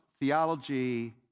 theology